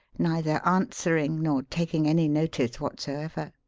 neither answering nor taking any notice whatsoever.